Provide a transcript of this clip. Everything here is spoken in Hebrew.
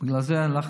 בגלל זה אנחנו